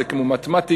זה כמו מתמטיקה,